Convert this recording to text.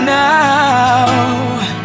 now